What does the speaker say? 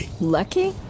Lucky